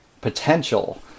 potential